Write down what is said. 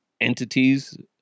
entities